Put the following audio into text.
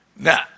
Now